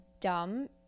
dumb